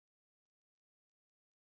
inside the house